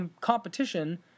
competition